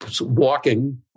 walking